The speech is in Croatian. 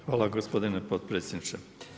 Hvala gospodine potpredsjedniče.